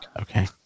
okay